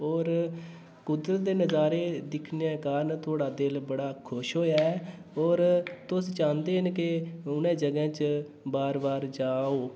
होर कुदरत दे नजारे दिक्खने दे कारण थोआड़ा दिल बड़ा खुश होआ ऐ ते तुस चांह्दे न हून में जगहें पर बार बार जां अ'ऊं